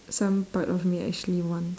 some part of me actually wants